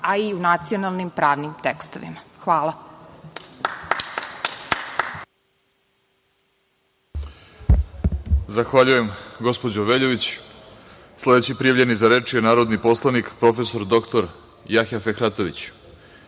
a i nacionalnim pravnim tekstovima. Hvala.